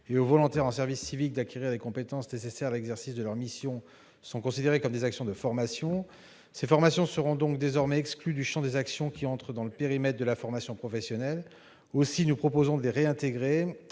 et aux volontaires en service civique d'acquérir les compétences nécessaires à l'exercice de leurs missions sont considérées comme des actions de formation. Ces formations seront donc désormais exclues du champ des actions qui entrent dans le périmètre de la formation professionnelle. Aussi, nous proposons de les réintégrer,